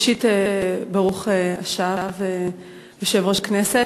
ראשית, ברוך השב, יושב-ראש הכנסת.